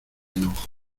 enojo